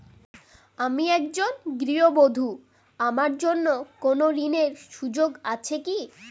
আমি একজন গৃহবধূ আমার জন্য কোন ঋণের সুযোগ আছে কি?